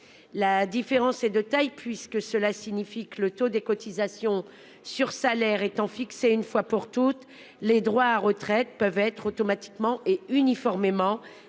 La différence est de taille : avec ledit système, le taux des cotisations sur salaire étant fixé une fois pour toutes, les droits à retraite peuvent être automatiquement et uniformément